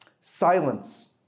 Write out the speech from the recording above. silence